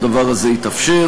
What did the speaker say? הדבר הזה יתאפשר,